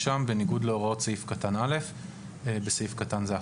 בניגוד להוראות סעיף קטן (א) (בסעיף קטן זה,